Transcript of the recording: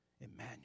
Emmanuel